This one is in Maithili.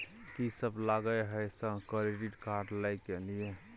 कि सब लगय हय सर क्रेडिट कार्ड लय के लिए?